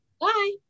Bye